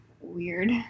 weird